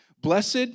blessed